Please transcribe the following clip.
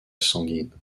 sanguine